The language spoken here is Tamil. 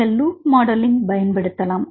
நீங்கள் லூப் மாடலிங் பயன்படுத்தலாம்